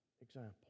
example